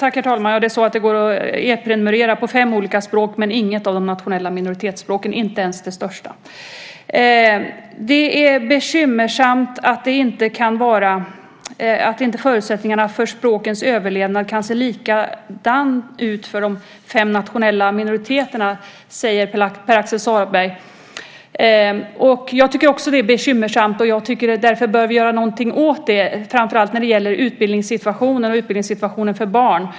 Herr talman! Det är så att det går att e-prenumerera på fem olika språk men inget av de nationella minoritetsspråken, inte ens det största. Det är bekymmersamt att inte förutsättningarna för språkens överlevnad kan se likadana ut för de fem nationella minoriteterna, säger Pär Axel Sahlberg. Jag tycker också att det är bekymmersamt, och därför bör vi göra någonting åt det, framför allt när det gäller utbildningssituationen, speciellt för barn.